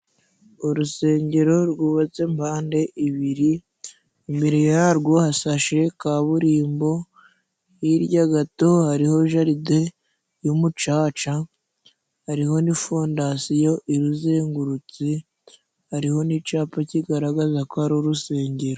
Urusengero rwubatse mbande ibiri. Imbere yarwo hasashe kaburimbo. Hirya gato hariho jaride y'umucaca hariho n'ifondasiyo iruzengurutse, hariho n'icapa kigaragaza ko ari urusengero.